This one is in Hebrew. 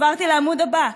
עברתי לעמוד הבא,